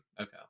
Okay